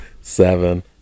Seven